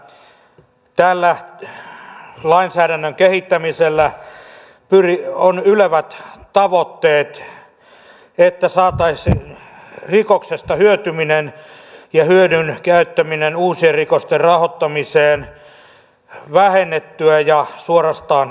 tällä lainsäädännön kehittämisellä on ylevät tavoitteet että saataisiin rikoksesta hyötymistä ja hyödyn käyttämistä uusien rikosten rahoittamiseen vähennettyä ja suorastaan estettyä